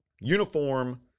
Uniform